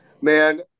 Man